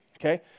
Okay